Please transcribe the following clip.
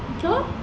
no